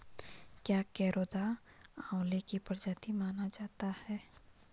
क्या करौंदा आंवले की प्रजाति माना जाता है?